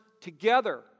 together